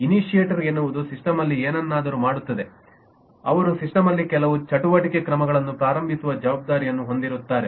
initiator ಎನ್ನುವುದು ಸಿಸ್ಟಮಲ್ಲಿ ಏನನ್ನಾದರೂ ಮಾಡುತ್ತದೆ ಅವರು ಸಿಸ್ಟಮಲ್ಲಿ ಕೆಲವು ಚಟುವಟಿಕೆ ಕ್ರಮಗಳನ್ನು ಪ್ರಾರಂಭಿಸುವ ಜವಾಬ್ದಾರಿಯನ್ನು ಹೊಂದಿರುತ್ತಾರೆ